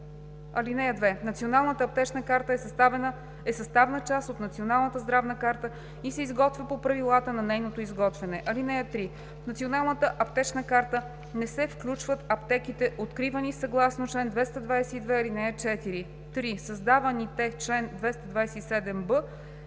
карта. (2) Националната аптечна карта е съставна част от Националната здравна карта и се изготвя по правилата на нейното изготвяне. (3) В Националната аптечна карта не се включват аптеките, откривани съгласно чл. 222, ал. 4.“ 3. Създаваните чл. 227б